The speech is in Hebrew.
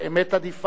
או יציב עדיף,